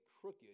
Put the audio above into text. crooked